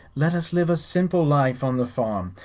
let us live a simple life on the farm,